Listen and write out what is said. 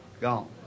gone